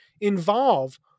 involve